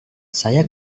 saya